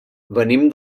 venim